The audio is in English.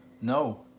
no